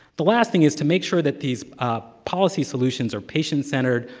the last thing is to make sure that these ah policy solutions are patient-centered,